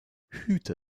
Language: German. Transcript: hüte